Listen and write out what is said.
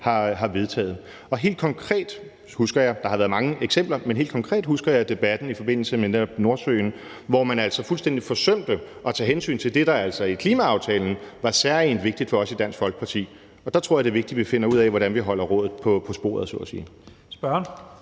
har vedtaget. Og der har været mange eksempler på det, men helt konkret husker jeg debatten i forbindelse med netop Nordsøen, hvor man altså fuldstændig forsømte at tage hensyn til det, der i klimaaftalen var særegent vigtigt for os i Dansk Folkeparti. Der tror jeg, det er vigtigt, at vi finder ud af, hvordan vi holder rådet på sporet, så at sige. Kl.